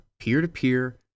peer-to-peer